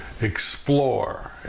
explore